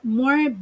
more